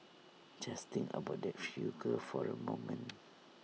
just think about that figure for A moment